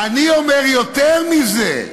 אני אומר יותר מזה.